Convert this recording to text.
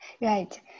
Right